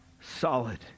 solid